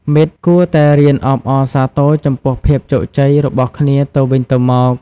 មិត្តគួរតែរៀនអបអរសាទរចំពោះភាពជោគជ័យរបស់គ្នាទៅវិញទៅមក។